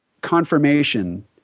confirmation